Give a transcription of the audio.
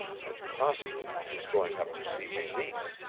and possibly he is going up to see meleese.